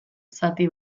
zati